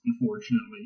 unfortunately